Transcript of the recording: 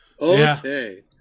Okay